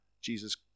Jesus